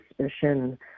suspicion